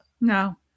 No